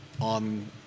on